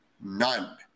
None